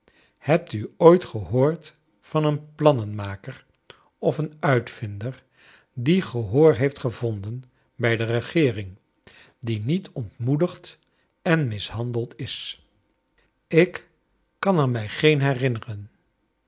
hebt u ooit gehoord van een plannenmaker of een uitvinder die gehoor heeft gevonden bij de regeering die niet ontmoedigd en mishandeld is kleine dorrit ik kan er mrj geen herinneren